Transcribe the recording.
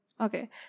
okay